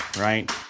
right